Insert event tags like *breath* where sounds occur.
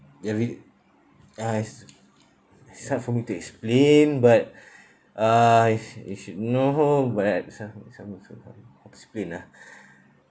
every uh it's it's hard for me to explain but *breath* uh it's you should know but some some are so hard explain ah *breath*